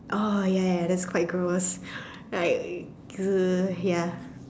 oh ya ya that's quite gross like ya